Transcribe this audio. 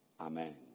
amen